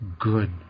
good